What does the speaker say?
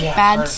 bad